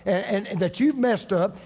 and and that you've messed up?